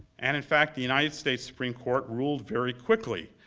and in fact, the united states supreme court ruled very quickly,